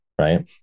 right